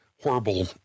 horrible